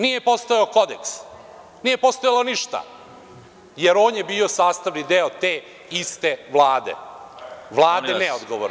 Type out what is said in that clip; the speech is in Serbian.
Nije postojao kodeks, nije postojalo ništa, jer on je bio sastavni deo te iste Vlade, Vlade neodgovorne…